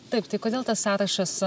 taip tai kodėl tas sąrašas